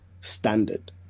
standard